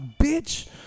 bitch